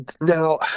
Now